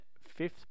fifth